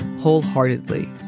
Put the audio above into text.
wholeheartedly